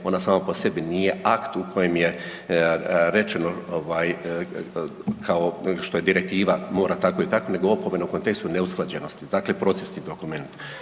ona sama po sebi nije akt u kojem je rečeno kao što je direktiva mora tako i tako nego opomenu u kontekstu neusklađenosti, dakle procesni dokument.